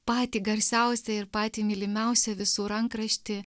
patį garsiausią ir patį mylimiausią visų rankraštį